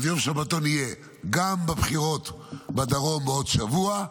יום שבתון יהיה גם בבחירות בדרום בעוד שבוע,